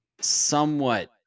somewhat